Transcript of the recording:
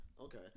Okay